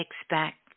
expect